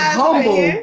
humble